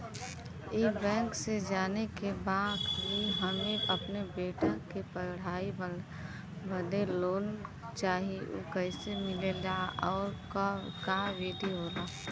ई बैंक से जाने के बा की हमे अपने बेटा के पढ़ाई बदे लोन चाही ऊ कैसे मिलेला और का विधि होला?